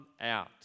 out